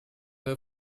were